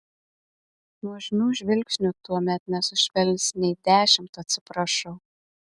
nuožmių žvilgsnių tuomet nesušvelnins nei dešimt atsiprašau